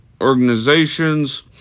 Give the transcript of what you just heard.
organizations